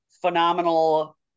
phenomenal